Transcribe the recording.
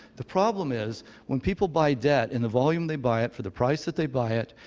the problem is when people buy debt in the volume they buy it for the price that they buy it,